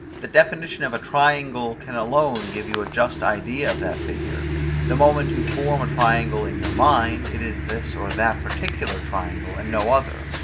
the definition of a triangle can alone give you a just idea of that figure the moment you form a triangle in your mind, it is this or that particular triangle and no other,